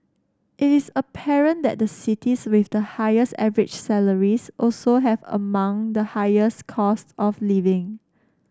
it is apparent that the cities with the highest average salaries also have among the highest cost of living